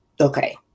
Okay